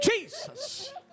Jesus